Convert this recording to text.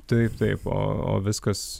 taip taip o o viskas